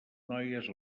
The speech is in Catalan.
noies